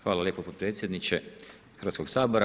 Hvala lijepo potpredsjedniče Hrvatskog sabora.